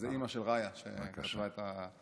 זו אימא של רעיה, שכתבה את הדברים.